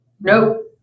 nope